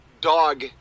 dog